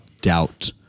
doubt